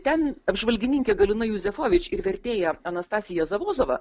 ten apžvalgininkė galina juzefovič ir vertėja anastasija zavozova